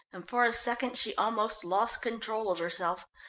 and for a second she almost lost control of herself.